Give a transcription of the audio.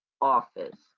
office